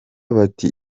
bati